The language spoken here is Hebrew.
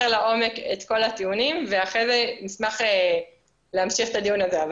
לעומק את כל הטיעונים ואחרי זה נשמח להמשיך את הדיון הזה.